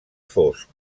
fosc